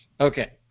Okay